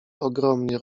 ogromnie